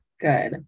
good